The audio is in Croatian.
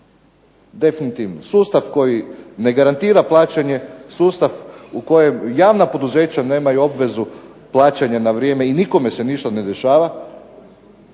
Definitivno, sustav koji ne garantira plaćanje, sustav u kojem javna poduzeća nemaju obvezu plaćanja na vrijeme i nikome se ništa ne dešava.